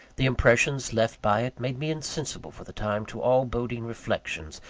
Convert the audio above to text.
the impressions left by it made me insensible for the time to all boding reflections,